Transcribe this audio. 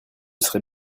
serait